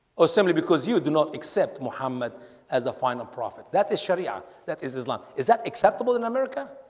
or simply because you do not accept mohammed has a final prophet. that is sharia that is islam. is that acceptable in america?